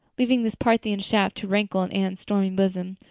leaving this parthian shaft to rankle in anne's stormy bosom,